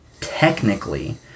technically